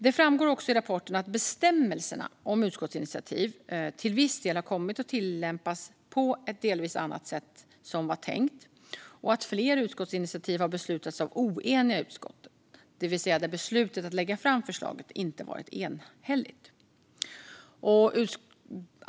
Det framgår också i rapporten att bestämmelserna om utskottsinitiativ till viss del har kommit att tillämpas på ett annat sätt än som var tänkt. Dessutom har fler utskottsinitiativ föreslagits av oeniga utskott, det vill säga att beslutet att lägga fram förslaget inte har varit enhälligt.